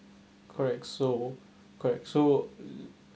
correct so correct so